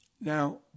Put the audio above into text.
Now